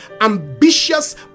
ambitious